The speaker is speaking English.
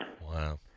Wow